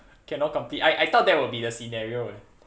cannot complete I I thought that would be the scenario eh